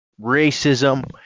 racism